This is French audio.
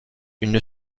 une